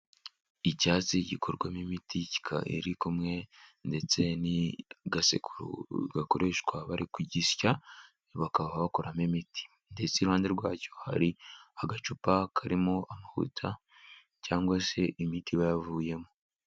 Icyatsi gikorwamo imiti iri kumwe ndetse n'gasekuru gakoreshwa bari kugisya, bakaba bakuramo imiti; ndetse iruhande rwacyo hari agacupa karimo amavuta cyangwa se imiti iba yavuyemo.